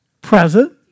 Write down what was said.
present